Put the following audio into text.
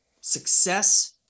Success